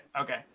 okay